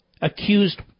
accused